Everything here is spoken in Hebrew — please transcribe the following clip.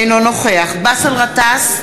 אינו נוכח באסל גטאס,